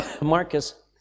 Marcus